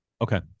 Okay